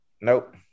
Nope